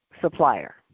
supplier